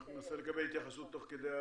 אנחנו ננסה לקבל התייחסות תוך כדי,